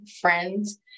Friends